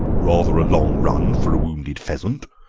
rather a long run for a wounded pheasant,